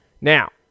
Now